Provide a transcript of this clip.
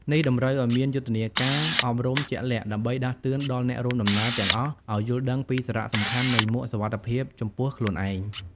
នេះតម្រូវឱ្យមានយុទ្ធនាការអប់រំជាក់លាក់ ដើម្បីដាស់តឿនដល់អ្នករួមដំណើរទាំងអស់ឱ្យយល់ដឹងពីសារៈសំខាន់នៃមួកសុវត្ថិភាពចំពោះខ្លួនឯង។